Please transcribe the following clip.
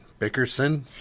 Bickerson